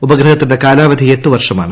ഉപഗ്രഹ്ഹത്തിന്റെ കാലാവധി എട്ട് വർഷമാണ്